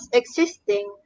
existing